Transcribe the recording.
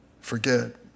forget